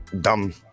dumb